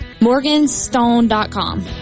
Morganstone.com